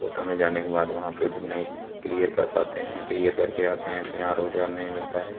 कोटा में जाने के बाद वहाँ पर तुमने क्लियर कर पाते हैं क्लियर करके आते हैं तो यहाँ रोज़गार नहीं मिलता है